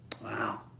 wow